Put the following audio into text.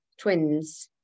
twins